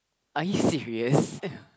are you serious